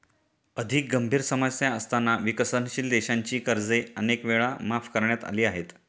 अधिक गंभीर समस्या असताना विकसनशील देशांची कर्जे अनेक वेळा माफ करण्यात आली आहेत